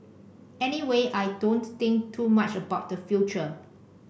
anyway I don't think too much about the future